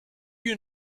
you